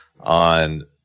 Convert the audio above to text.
on